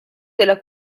della